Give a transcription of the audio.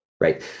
right